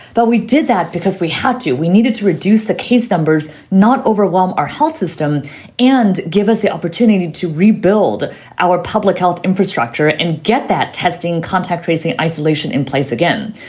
though. we did that because we had to we needed to reduce the case numbers, not overwhelm our health system and give us the opportunity to rebuild our public health infrastructure and get that testing, contact tracing, isolation in place again.